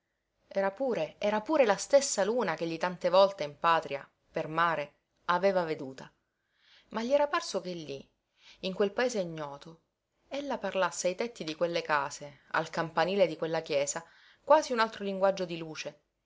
era pure era pure la stessa luna ch'egli tante volte in patria per mare aveva veduta ma gli era parso che lí in quel paese ignoto ella parlasse ai tetti di quelle case al campanile di quella chiesa quasi un altro linguaggio di luce